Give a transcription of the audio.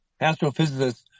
astrophysicists